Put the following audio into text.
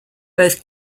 both